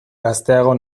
gazteago